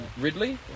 Ridley